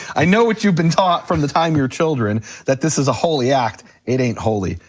i know what you've been taught from the time you're children that this is a holy act, it ain't holy.